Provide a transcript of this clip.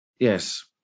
Yes